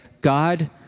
God